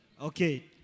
Okay